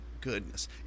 goodness